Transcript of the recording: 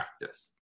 practice